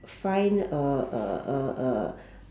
find uh uh uh uh